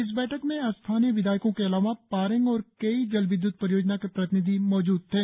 इस बैठक में स्थानीय विधायकों के अलावा पारेंग और केयी जलविद्य्त परियोजना के प्रतिनिधि मौजूद थे